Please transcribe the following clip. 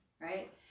right